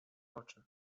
oczy